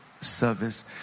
service